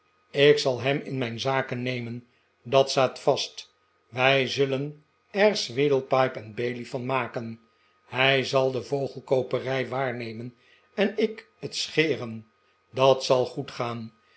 ik zal hem in mijn zaken nemen dat staat vast wij zullen er sweedlepipe en bailey van maken hij zal de vogelkooperij waarnemen en ik het scheren dat zal goed gaan